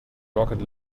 rocket